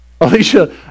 Alicia